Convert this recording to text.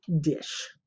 dish